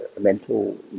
mental